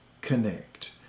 connect